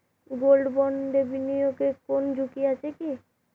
Gold বন্ডে বিনিয়োগে কোন ঝুঁকি আছে কি?